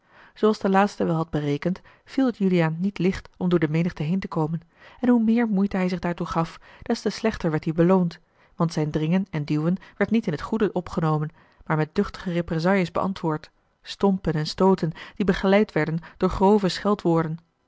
zooals de laatste wel had gerekend viel het juliaan niet licht om door de menigte heen te komen en hoe meer moeite hij zich daartoe gaf des te slechter werd die beloond want zijn dringen en duwen werd niet in t goede opgenomen maar met duchtige réprésailles beantwoord stompen en stooten die begeleid werden door grove